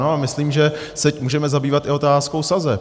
A myslím, že se můžeme zabývat i otázkou sazeb.